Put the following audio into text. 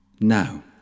Now